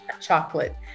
chocolate